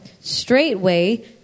straightway